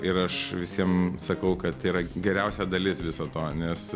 ir aš visiems sakau kad tai yra geriausia dalis viso to nes